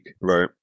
Right